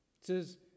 says